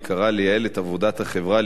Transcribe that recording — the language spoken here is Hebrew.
קריאה ראשונה.